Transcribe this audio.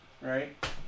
Right